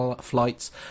flights